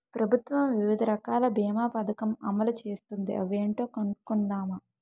ప్రభుత్వం వివిధ రకాల బీమా పదకం అమలు చేస్తోంది అవేంటో కనుక్కుందామా?